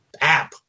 app